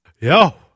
Yo